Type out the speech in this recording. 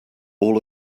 all